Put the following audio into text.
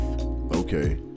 okay